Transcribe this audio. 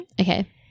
okay